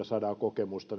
saadaan kokemusta